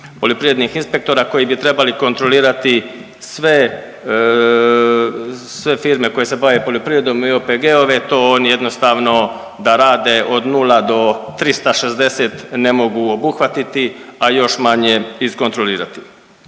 poljoprivrednih inspektora koji bi trebali kontrolirati sve, sve firme koje se bave poljoprivredom i OPG-ove, to oni jednostavno da rade od 0 do 360 ne mogu obuhvatiti, a još manje iskontrolirati.